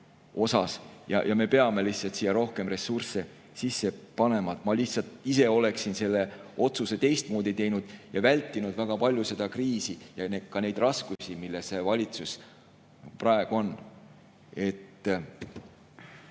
ja me peame siia rohkem ressurssi sisse panema. Ma ise oleksin selle otsuse teistmoodi teinud ja vältinud väga seda kriisi ja ka neid raskusi, milles valitsus praegu on. Aga